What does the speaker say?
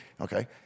Okay